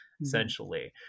Essentially